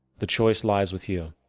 the choice lies with you.